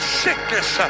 sickness